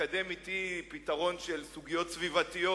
בלקדם אתי פתרון של סוגיות סביבתיות,